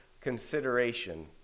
consideration